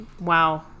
Wow